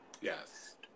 Yes